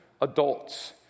adults